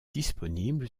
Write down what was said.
disponible